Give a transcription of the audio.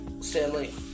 Stanley